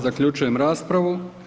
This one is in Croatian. Zaključujem raspravu.